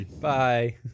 Bye